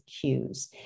cues